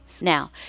now